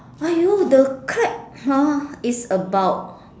!aiyo! the crab ah is about